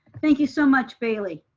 thank you so much baylee.